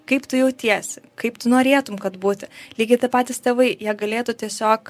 kaip tu jautiesi kaip tu norėtum kad būti lygiai tie patys tėvai jie galėtų tiesiog